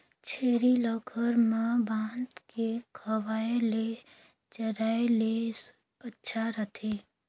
छेरी ल घर म बांध के खवाय ले चराय ले अच्छा रही?